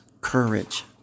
courage